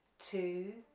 two,